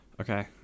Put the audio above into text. Okay